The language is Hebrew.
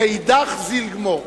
ואידך זיל גמור.